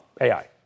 AI